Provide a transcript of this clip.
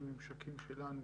לממשקים שלנו